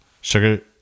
Sugar